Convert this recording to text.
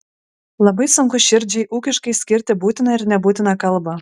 labai sunku širdžiai ūkiškai skirti būtiną ir nebūtiną kalbą